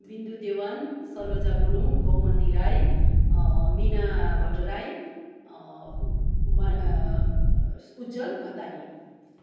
Bindu Dewan Saloja Gurung Gaumati Rai Mina Bhattarai Ujjwal Ghatani